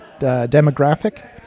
demographic